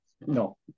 No